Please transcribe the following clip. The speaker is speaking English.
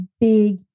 big